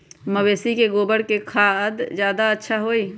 मवेसी के गोबर के खाद ज्यादा अच्छा होई?